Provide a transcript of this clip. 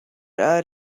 ойр